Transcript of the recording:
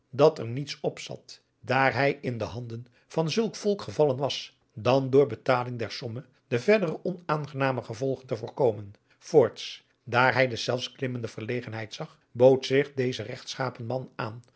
dat er niets op zat daar hij in de handen van zulk volk gevallen was dan door betaling der somme de verdere onaangename gevolgen te voorkomen voorts daar hij deszelfs klimmende verlegenheid zag bood zich deze regtschapen man aan